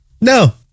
No